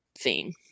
theme